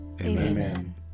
Amen